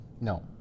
No